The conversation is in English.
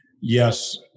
Yes